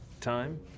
time